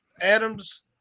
Adams